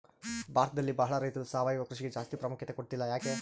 ಭಾರತದಲ್ಲಿ ಬಹಳ ರೈತರು ಸಾವಯವ ಕೃಷಿಗೆ ಜಾಸ್ತಿ ಪ್ರಾಮುಖ್ಯತೆ ಕೊಡ್ತಿಲ್ಲ ಯಾಕೆ?